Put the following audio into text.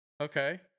Okay